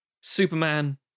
Superman